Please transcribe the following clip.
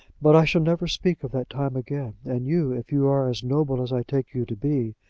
but i shall never speak of that time again and you, if you are as noble as i take you to be,